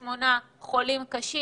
268 חולים קשים.